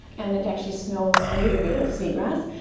and it actually smells a little bit of seagrass,